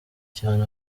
cyane